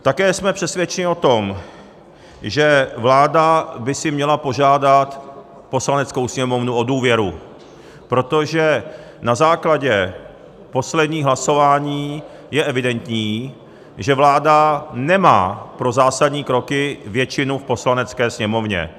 Také jsme přesvědčeni o tom, že vláda by měla požádat Poslaneckou sněmovnu o důvěru, protože na základě posledních hlasování je evidentní, že vláda nemá pro zásadní kroky většinu v Poslanecké sněmovně.